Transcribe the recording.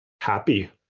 happy